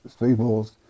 speedballs